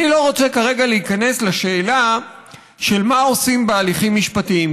אני לא רוצה כרגע להיכנס לשאלה של מה עושים בהליכים משפטיים.